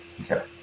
Okay